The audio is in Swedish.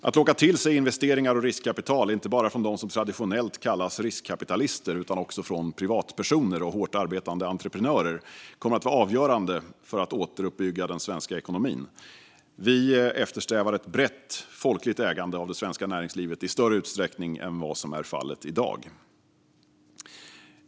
Att locka till sig investeringar och riskkapital, inte bara från dem som traditionellt kallas riskkapitalister utan även från privatpersoner och hårt arbetande entreprenörer, kommer att vara avgörande för att återuppbygga den svenska ekonomin. Vi eftersträvar ett brett folkligt ägande av det svenska näringslivet i större utsträckning än vad som är fallet i dag.